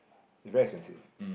it very expensive